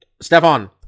Stefan